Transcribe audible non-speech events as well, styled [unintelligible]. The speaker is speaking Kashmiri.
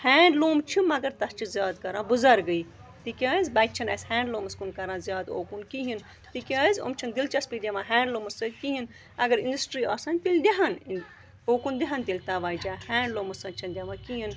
ہینٛڈلوٗم چھِ مگر تَتھ چھِ زیادٕ کَران بُزَرگٕے تِکیٛازِ بَچہِ چھِنہٕ اَسہِ ہینٛڈلوٗمَس کُن کَران زیادٕ اوکُن کِہیٖنۍ تِکیٛازِ یِم چھِنہٕ دِلچَسپی دِوان ہینٛڈلوٗمَس سۭتۍ کِہیٖنۍ اگر اِنٛڈَسٹرٛی آسہٕ ہَن تیٚلہِ دِہَن [unintelligible] اوکُن دِہَن تیٚلہِ تَوَجہ ہینٛڈلوٗمَس سۭتۍ چھِنہٕ دِوان کِہیٖنۍ